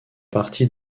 partie